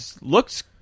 looks